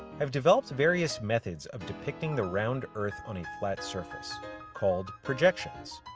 have developed various methods of depicting the round earth on a flat surface called projections.